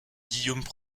guillaume